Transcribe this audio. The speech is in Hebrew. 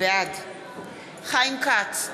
בעד חיים כץ,